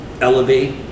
elevate